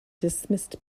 dismissed